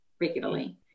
regularly